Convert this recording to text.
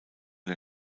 der